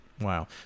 Wow